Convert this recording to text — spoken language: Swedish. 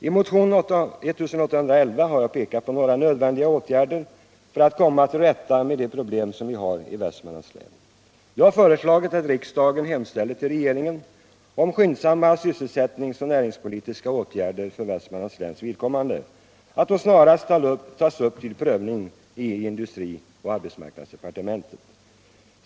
I motionen 1811 har jag pekat på några nödvändiga åtgärder för att komma till rätta med de problem som vi har i Västmanlands län. Jag har föreslagit att riksdagen hemställer hos regeringen om att skyndsamma sysselsättnings och näringspolitiska åtgärder för Västmanlands vidkommande snarast tas upp till prövning i industri och arbetsmarknadsdepartementen.